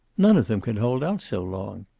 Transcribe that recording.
none of them can hold out so long.